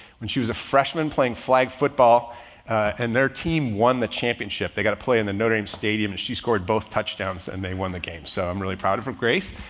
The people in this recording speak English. when she was a freshman playing flag football and their team won the championship. they got to play in the notre dame stadium. and she scored both touchdowns and they won the game. so i'm really proud of her, grace.